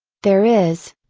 there is,